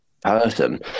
person